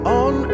on